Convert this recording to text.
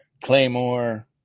Claymore